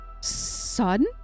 son